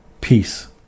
Peace